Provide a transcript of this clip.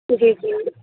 جی جی